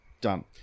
Done